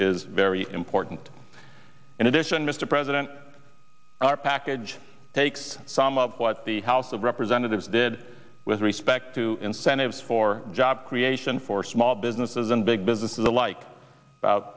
is very important in addition mr president our package takes some of what the house of representatives did with respect to incentives for job creation for small businesses and big businesses alike